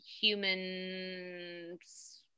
humans